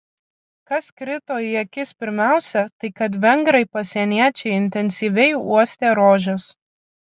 kas krito į akis pirmiausia tai kad vengrai pasieniečiai intensyviai uostė rožes